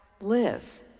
live